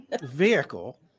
vehicle